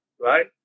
right